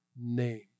name